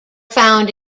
found